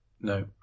No